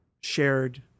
shared